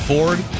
Ford